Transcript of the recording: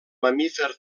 mamífer